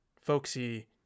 folksy